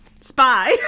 spy